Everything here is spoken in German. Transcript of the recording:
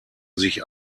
sich